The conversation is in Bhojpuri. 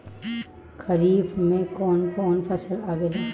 खरीफ में कौन कौन फसल आवेला?